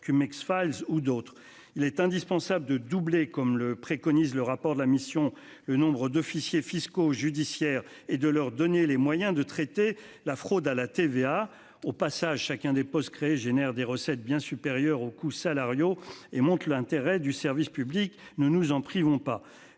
makes false ou d'autres, il est indispensable de doubler comme le préconise le rapport de la mission, le nombre d'officiers fiscaux judiciaires et de leur donner les moyens de traiter la fraude à la TVA. Au passage, chacun des postes créés génèrent des recettes bien supérieurs aux coûts salariaux et monte l'intérêt du service public ne nous en privons pas